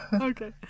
Okay